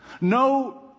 No